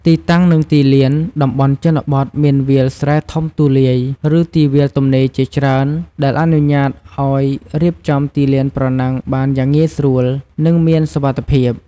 ទីតាំង និងទីលាន តំបន់ជនបទមានវាលស្រែធំទូលាយ ឬទីវាលទំនេរជាច្រើន ដែលអនុញ្ញាតឱ្យរៀបចំទីលានប្រណាំងបានយ៉ាងងាយស្រួល និងមានសុវត្ថិភាព។